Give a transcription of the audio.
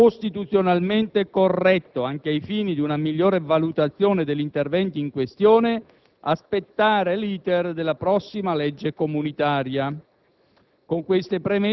sarebbe stato costituzionalmente più corretto, anche ai fini di una migliore valutazione degli interventi in questione, aspettare l'*iter* della prossima legge comunitaria.